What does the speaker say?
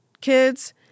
kids